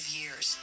years